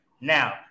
Now